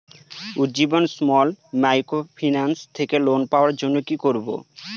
Ujjivan small microfinance থেকে loan পাওয়ার জন্য কি করব?